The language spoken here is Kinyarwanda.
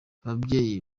ababyeyi